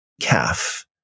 calf